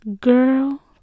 girl